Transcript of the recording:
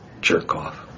jerk-off